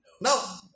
No